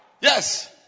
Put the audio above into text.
Yes